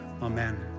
amen